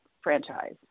franchise